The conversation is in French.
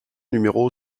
numéro